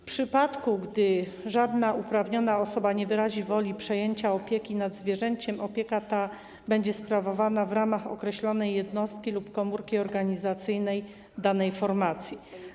W przypadku gdy żadna uprawniona osoba nie wyrazi woli przejęcia opieki nad zwierzęciem, opieka ta będzie sprawowana w ramach określonej jednostki lub komórki organizacyjnej danej formacji.